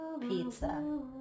pizza